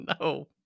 No